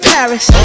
Paris